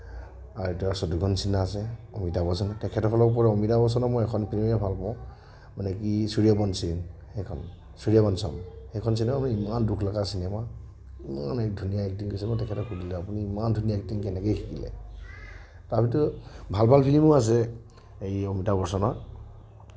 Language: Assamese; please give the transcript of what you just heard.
আৰু এতিয়া শত্ৰুঘন সিন্হা আছে অমিতাভ বচ্ছন তেখেতসকলৰ ওপৰত অমিতাভ বচ্ছনৰ মই এখন ফিল্মেই ভাল পাওঁ মানে কি সূৰ্য্য়বংশী সেইখন সূৰ্য্য়বংশম সেইখন চিনেমা ইমান দুখলগা চিনেমা ইমান ধুনীয়া এক্টিং কৰিছে মই তেখেতক সুধিম আপুনি ইমান ধুনীয়া এক্টিং কেনেকে শিকিলে তাৰ ভিতৰত ভাল ভাল ফিল্মো আছে এই অমিতাভ বচ্ছনৰ